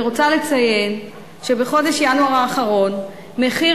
אני רוצה לציין שבחודש ינואר האחרון מחיר